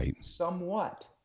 somewhat